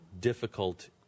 difficult